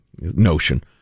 notion